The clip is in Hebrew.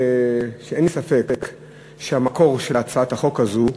שאין לי ספק שהמקור של הצעת החוק הזאת,